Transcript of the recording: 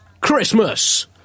Christmas